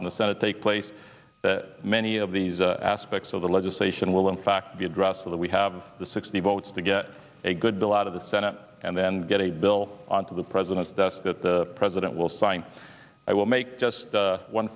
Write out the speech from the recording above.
in the senate take place many of these aspects of the legislation will in fact be addressed so that we have the sixty votes to get a good bill out of the senate and then get a bill on to the president's desk that the president will sign i will make just